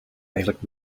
eigenlijk